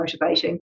motivating